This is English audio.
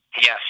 Yes